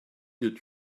did